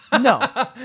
No